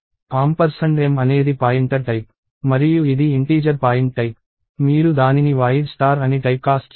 m అనేది pointer type మరియు ఇది ఇంటీజర్ పాయింట్ టైప్ మీరు దానిని void అని టైప్కాస్ట్ చేసారు